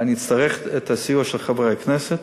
ואני אצטרך את הסיוע של חברי הכנסת,